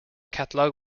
catalog